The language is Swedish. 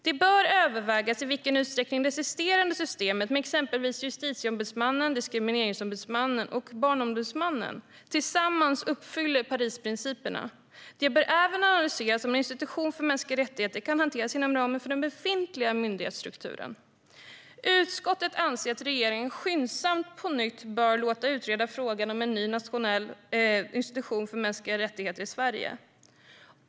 Det bör övervägas i vilken utsträckning det existerande systemet med exempelvis Justitieombudsmannen, Diskrimineringsombudsmannen och Barnombudsmannen tillsammans uppfyller Parisprinciperna. Det bör även analyseras om en institution för mänskliga rättigheter kan hanteras inom ramen för den befintliga myndighetsstrukturen. Utskottet anser att regeringen skyndsamt på nytt bör låta utreda frågan om en ny nationell institution för mänskliga rättigheter i Sverige.